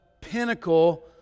pinnacle